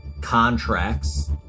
contracts